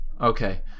okay